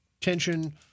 tension